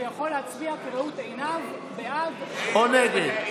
הוא יכול להצביע כראות עיניו, בעד או נגד.